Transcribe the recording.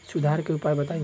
सुधार के उपाय बताई?